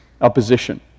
opposition